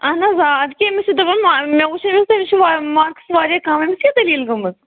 اَہَن حظ آ اَدٕ کیٛاہ أمِس چھِ دَپان مےٚ وُچھا أمِس تہٕ أمِس چھِ مارکٕس واریاہ کَم أمِس کیٛاہ دَلیٖل گٔمٕژ